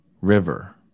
River